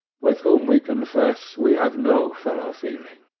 with whom we confess we have no fellow-feeling.